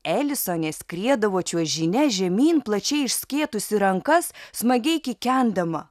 elisonė skriedavo čiuožyne žemyn plačiai išskėtusi rankas smagiai kikendama